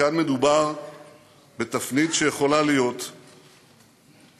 וכאן מדובר בתפנית שיכולה להיות היסטורית,